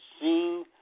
seen